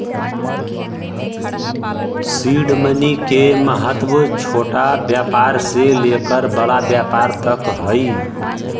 seed money के महत्व छोटा व्यापार से लेकर बड़ा व्यापार तक हई